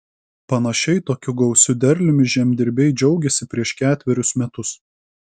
panašiai tokiu gausiu derliumi žemdirbiai džiaugėsi prieš ketverius metus